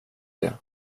det